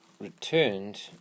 returned